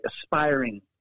aspiring